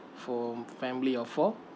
for family of four